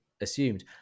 assumed